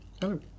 Hello